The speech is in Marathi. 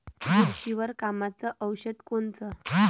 बुरशीवर कामाचं औषध कोनचं?